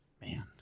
Man